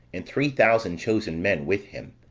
and three thousand chosen men with him